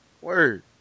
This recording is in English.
Word